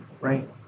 Right